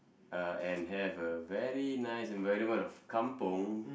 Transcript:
uh and have a very nice environment of kampung